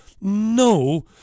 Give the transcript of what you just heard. no